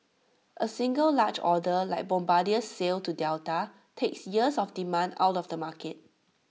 A single large order like Bombardier's sale to Delta takes years of demand out of the market